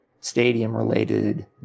stadium-related